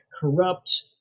corrupt